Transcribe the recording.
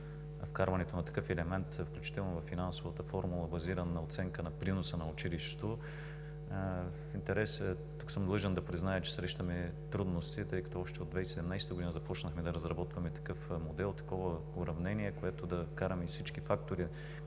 вкарването на такъв елемент, включително на финансовата формула, базирана на оценка за приноса на училището. Тук съм длъжен да призная, че срещаме трудности, тъй като още от 2017 г. започнахме да разработваме такъв модел, такова уравнение, в което да вкараме всички фактори,